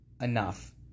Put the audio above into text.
enough